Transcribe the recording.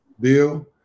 bill